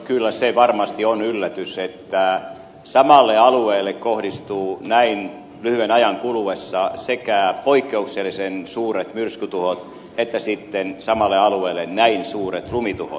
kyllä se varmasti on yllätys että samalle alueelle kohdistuu näin lyhyen ajan kuluessa sekä poikkeuksellisen suuret myrskytuhot että näin suuret lumituhot